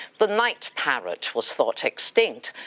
but night parrot was thought extinct.